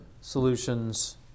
solutions